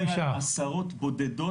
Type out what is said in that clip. אני מדבר על עשרות בודדות,